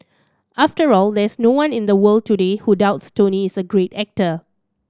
after all there's no one in the world today who doubts Tony is a great actor